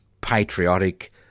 patriotic